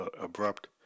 abrupt